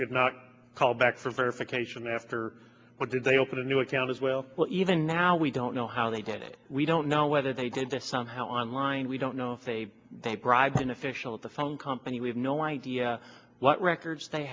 did not call back for verification after what did they open a new account as well even now we don't know how they did it we don't know whether they did this somehow online we don't know if a they bribed an official of the phone company we have no idea what records they